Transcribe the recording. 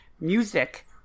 music